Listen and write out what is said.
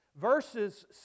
verses